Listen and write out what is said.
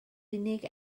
unig